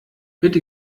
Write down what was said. bitte